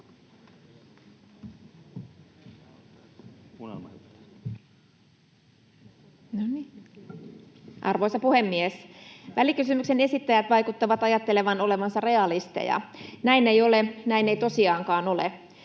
Arvoisa puhemies! Välikysymyksen esittäjät vaikuttavat ajattelevan olevansa realisteja. Näin ei ole. Näin ei tosiaankaan ole.